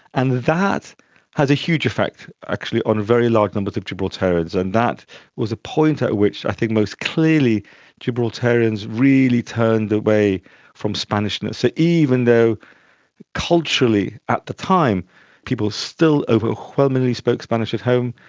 and that had a huge effect actually on very large numbers of gibraltarians, and that was a point at which i think most clearly gibraltarians really turned away from spanishness, ah even though culturally at the time people still overwhelmingly spoke spanish at home,